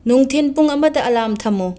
ꯅꯨꯡꯊꯤꯟ ꯄꯨꯡ ꯑꯃꯗ ꯑꯂꯥꯝ ꯊꯝꯃꯨ